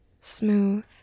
smooth